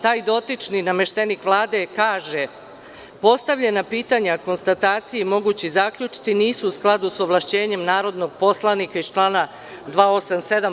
Taj dotični nameštenik Vlade kaže – postavljena pitanja, konstatacije i mogući zaključci nisu u skladu sa ovlašćenjem narodnog poslanika iz člana 287.